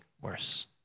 worse